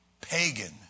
pagan